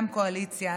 גם קואליציה,